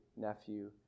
nephew